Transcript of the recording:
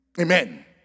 Amen